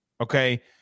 okay